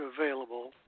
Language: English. available